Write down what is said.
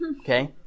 Okay